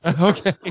okay